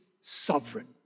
sovereign